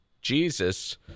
Jesus